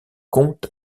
comte